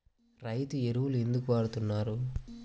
రైతు ఎరువులు ఎందుకు వాడుతున్నారు?